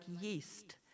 yeast